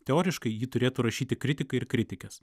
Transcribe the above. teoriškai jį turėtų rašyti kritikai ir kritikės